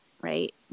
Right